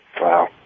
Wow